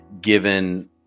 given